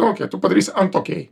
nu okei tu padarysi ant okei